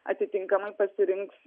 atitinkamai pasirinks